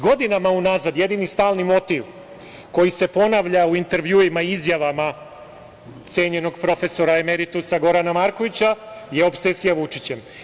Godinama unazad jedini stalni motiv koji se ponavlja u intervjuima i izjavama cenjenog profesora emeritusa Gorana Markovića je opsesija Vučićem.